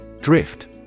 Drift